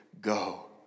go